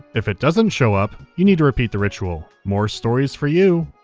if it doesn't show up, you need to repeat the ritual. more stories for you!